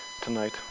tonight